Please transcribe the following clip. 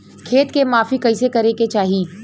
खेत के माफ़ी कईसे करें के चाही?